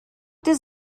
does